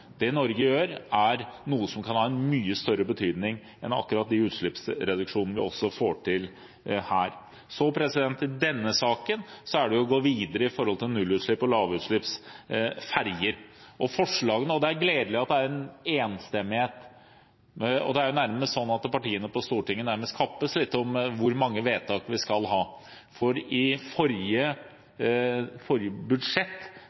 Det Norge gjør, er noe som kan ha mye større betydning enn akkurat de utslippsreduksjonene vi får til her. I denne saken dreier det seg om å gå videre i forhold til nullutslipps- og lavutslippsferjer. Det er gledelig at det er enstemmighet, det er jo slik at partiene på Stortinget nærmest kappes litt om hvor mange vedtak vi skal ha. Etter de forrige